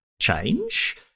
change